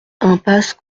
impasse